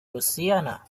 louisiana